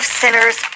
sinners